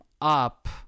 up